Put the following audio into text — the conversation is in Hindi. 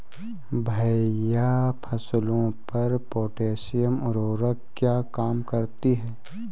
भैया फसलों पर पोटैशियम उर्वरक क्या काम करती है?